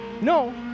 No